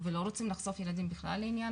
ולא רוצים לחשוף ילדים בכלל לעניין